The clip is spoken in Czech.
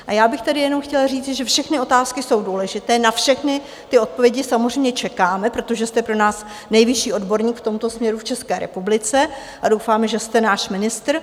A já bych tedy jenom chtěla říct, že všechny otázky jsou důležité, na všechny ty odpovědi samozřejmě čekáme, protože jste pro nás nejvyšší odborník v tomto směru v České republice a doufáme, že jste náš ministr.